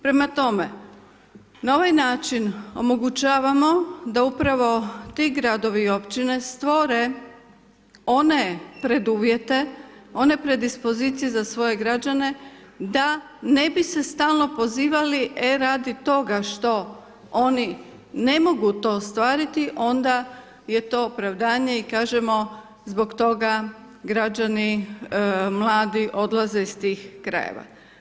Prema tome, na ovaj način omogućavamo, da upravo ti gradovi i općine, stvore one preduvjete, one predispozicije za svoje građane, da ne bi se stalno pozivali, e radi toga, što oni ne mogu to ostvariti, onda je to opravdanje i kažemo, zbog toga, građani, mladi, odlaze iz tih krajeva.